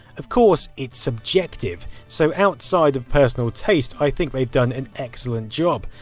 of course, it's subjective, so outside of personal taste, i think they've done an excellent job,